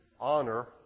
honor